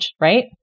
right